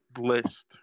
list